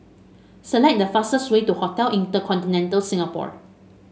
select the fastest way to Hotel InterContinental Singapore